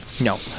No